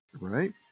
right